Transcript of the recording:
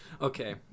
Okay